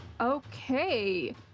Okay